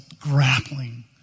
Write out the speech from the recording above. grappling